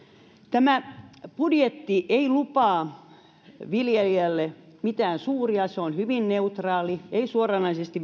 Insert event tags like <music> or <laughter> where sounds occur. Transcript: tämä budjetti ei lupaa viljelijälle mitään suuria se on hyvin neutraali viljelijöille ei suoranaisesti <unintelligible>